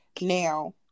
now